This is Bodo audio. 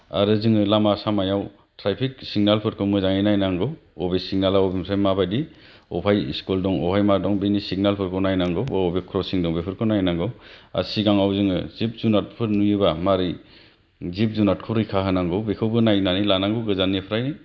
आरो जोङो लामा सामायाव ट्राफिक सिगनालफोरखौ मोजाङै नायनांगौ अबे सिगनालाव अबे मोनसेया माबायदि अबहाय स्कुल दं अबहाय मा दं बिनि सिगनालफोरखौ नायनांगौ अबे अबे क्रसिं दं बेफोरखौ नायनांगौ आरो सिगाङाव जोङो जिब जुनारफोर नुयोब्ला मारै जिब जुनारखौ रैखा होनांगौ बेखौबो नायनानै लानांगौ गोजाननिफ्राय